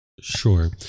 Sure